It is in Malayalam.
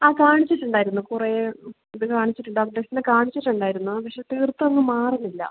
അതെ കാണിച്ചിട്ടുണ്ടായിരുന്നു കുറേ ഇത് കാണിച്ചിട്ടുണ്ട് ഡോക്ടേഴ്സിനെ കാണിച്ചിട്ടുണ്ടായിരുന്നു പക്ഷെ തീർത്ത് ഒന്നും മാറീല